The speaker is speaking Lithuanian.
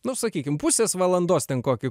nu sakykim pusės valandos ten kokį